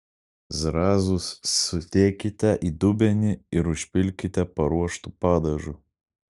zrazus sudėkite į dubenį ir užpilkite paruoštu padažu